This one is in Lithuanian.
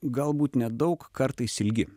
galbūt nedaug kartais ilgi